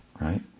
right